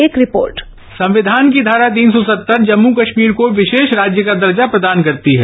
एक रिपोर्ट संविधान की धारा तीन सौ सत्तर जम्मू कश्मीर को विशेष राज्य का दर्जा प्रदान करती है